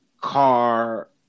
car